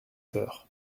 peur